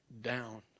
down